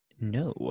No